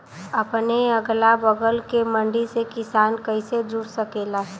अपने अगला बगल के मंडी से किसान कइसे जुड़ सकेला?